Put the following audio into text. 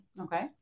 Okay